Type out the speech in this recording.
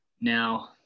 Now